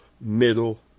middle